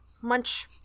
munch